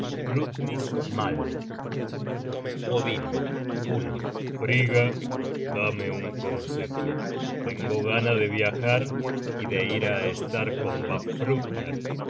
frigga dame un consejo tengo gana de viajar y de ir á estar con